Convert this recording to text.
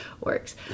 works